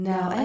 Now